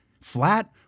Flat